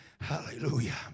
Hallelujah